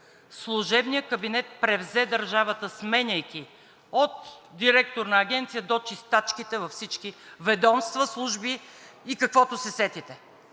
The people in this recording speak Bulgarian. служебният кабинет превзе държавата, сменяйки от директор на агенция до чистачките във всички ведомства, служби и каквото се сетите?